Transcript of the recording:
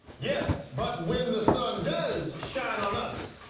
yes, but when the sun does shine on us,